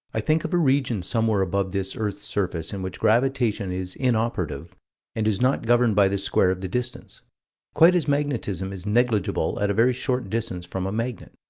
i think of a region somewhere above this earth's surface in which gravitation is inoperative and is not governed by the square of the distance quite as magnetism is negligible at a very short distance from a magnet.